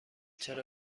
چرا